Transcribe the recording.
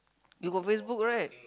you got Facebook right